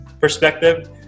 perspective